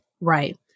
right